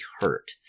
hurt